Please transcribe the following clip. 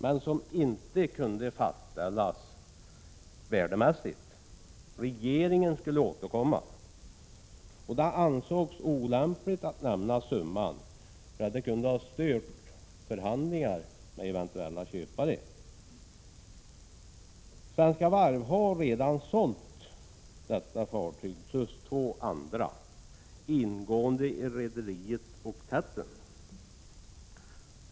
Denna avvecklingsproduktion kunde då inte fastställas värdemässigt, utan regeringen skulle återkomma i saken. Det ansågs också olämpligt att ange en summa, eftersom det kunde störa förhandlingarna med eventuella köpare. Svenska Varv har redan sålt detta fartyg plus två andra ingående i rederiet Oktetten.